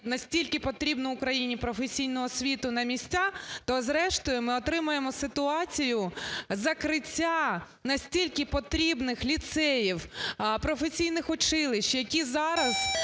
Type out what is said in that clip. настільки потрібну Україні професійну освіту на місця, то зрештою ми отримаємо ситуацію закриття настільки потрібних ліцеїв, професійних училищ, які зараз